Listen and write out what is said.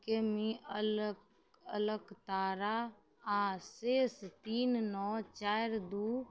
किमी अलक अलकतरा आओर शेष तीन नओ चारि दुइ